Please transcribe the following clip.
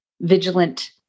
vigilant